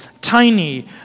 tiny